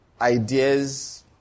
ideas